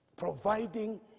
Providing